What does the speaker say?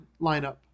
lineup